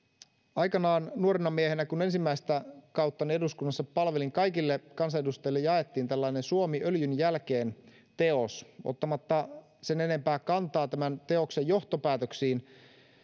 aikanaan kun nuorena miehenä ensimmäistä kauttani eduskunnassa palvelin kaikille kansanedustajille jaettiin tällainen suomi öljyn jälkeen teos ottamatta sen enempää kantaa tämän teoksen johtopäätöksiin